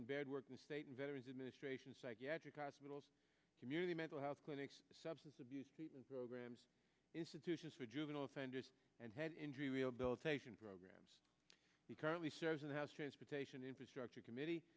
and bad work in the state veteran's administration psychiatric hospitals community mental health clinics substance abuse program institutions for juvenile offenders and head injury rehabilitation programs he currently serves in the house transportation infrastructure committee